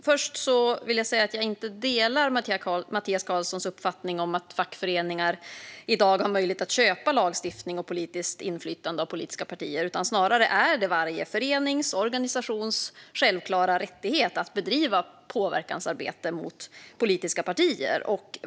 Fru talman! Först vill jag säga att jag inte delar Mattias Karlssons uppfattning att fackföreningar i dag har möjlighet att köpa lagstiftning och inflytande över politiska partier. Snarare är det varje förenings eller organisations självklara rättighet att bedriva påverkansarbete gentemot politiska partier.